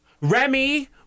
Remy